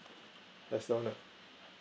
that's all uh